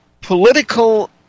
Political